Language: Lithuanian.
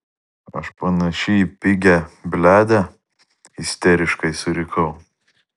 aš panaši į pigią bliadę isteriškai surikau